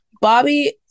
Bobby